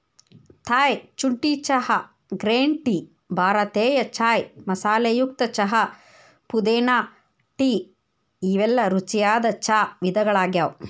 Thai ಶುಂಠಿ ಚಹಾ, green tea, ಭಾರತೇಯ ಚಾಯ್ ಮಸಾಲೆಯುಕ್ತ ಚಹಾ, ಪುದೇನಾ ಟೇ ಇವೆಲ್ಲ ರುಚಿಯಾದ ಚಾ ವಿಧಗಳಗ್ಯಾವ